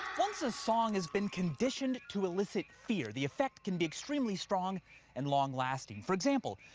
once a song has been conditioned to elicit fear, the effect can be extremely strong and long-lasting. for example,